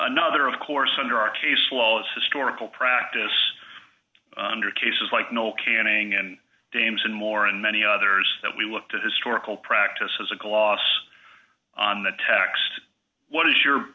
another of course under our case law is historical practice under cases like no canning and dames and moore and many others that we looked at historical practice as a gloss on the text what is your